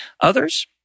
Others